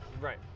right